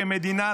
כמדינה,